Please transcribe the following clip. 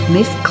Miss